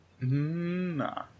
Nah